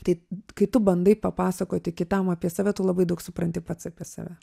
tai kai tu bandai papasakoti kitam apie save tu labai daug supranti pats apie save